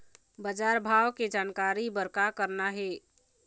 बजार भाव के जानकारी बर का करना हे?